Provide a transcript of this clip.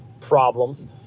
problems